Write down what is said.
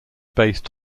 based